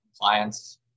compliance